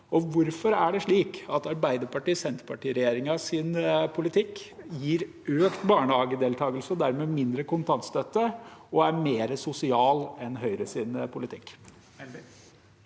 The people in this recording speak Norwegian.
Hvorfor det er slik at Arbeiderparti– Senterparti-regjeringens politikk gir økt barnehagedeltakelse og dermed mindre kontantstøtte, og er mer sosial enn Høyres politikk?